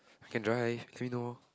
I can drive let me know